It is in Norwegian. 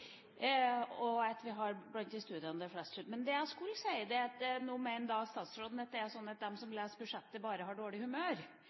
og studiet er blant dem der flest slutter. Men det jeg skulle si, er at nå mener statsråden at det er sånn at de som leser budsjettet, bare er i dårlig humør.